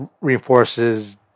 reinforces